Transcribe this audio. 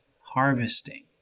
harvesting